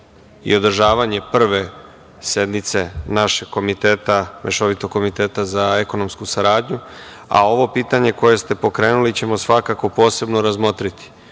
i održavanje prve sednice našeg Mešovitog komiteta za ekonomsku saradnju, a ovo pitanje koje ste pokrenuli ćemo svakako posebno razmotriti. Meni